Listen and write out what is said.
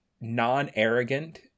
non-arrogant